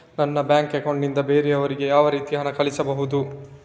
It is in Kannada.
ನನ್ನ ಬ್ಯಾಂಕ್ ಅಕೌಂಟ್ ನಿಂದ ಬೇರೆಯವರಿಗೆ ಯಾವ ರೀತಿ ಹಣ ಕಳಿಸಬಹುದು?